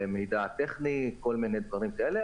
מידע טכני וכל מיני דברים כאלה,